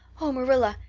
oh, marilla,